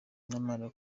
nyamara